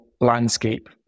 landscape